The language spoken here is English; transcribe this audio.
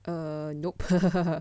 err nope